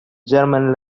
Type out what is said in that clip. german